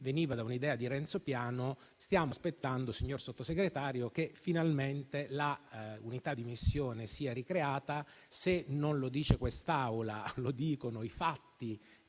veniva da un'idea di Renzo Piano. Stiamo aspettando, signor Sottosegretario, che finalmente l'unità di missione sia ricreata. Se non lo dice quest'Assemblea, lo dicono i fatti